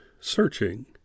searching